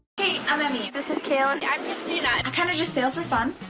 hey, i'm emi. this is kaelyn, i'm christina. i kinda just sail for fun.